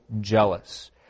jealous